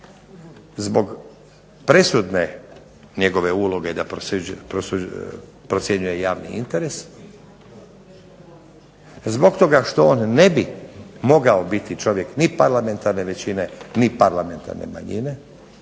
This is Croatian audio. zbog njegove presudne uloge da procjenjuje javni interes, zbog toga što on ne bi mogao biti čovjek ni parlamentarne većine ni parlamentarne manjine,